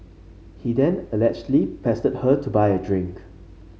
he then allegedly pestered her to buy a drink